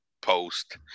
post